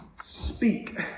speak